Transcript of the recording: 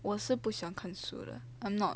我是不喜欢看书的 I'm not